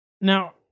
Now